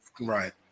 Right